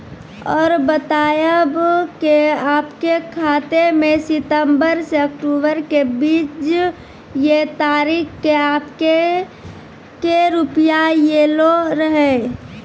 और बतायब के आपके खाते मे सितंबर से अक्टूबर के बीज ये तारीख के आपके के रुपिया येलो रहे?